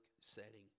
setting